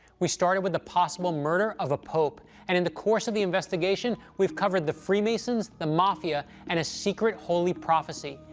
we started with the possible murder of a pope, and in the course of the investigation, we've covered the freemasons, the mafia, and a secret holy prophecy.